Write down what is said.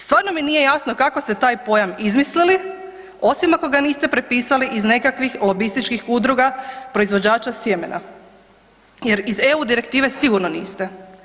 Stvarno mi nije jasno kako ste taj pojam izmislili osim ako ga niste prepisali iz nekakvih lobističkih udruga proizvođača sjemena jer iz EU direktive sigurno niste.